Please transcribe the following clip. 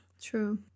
true